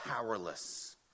powerless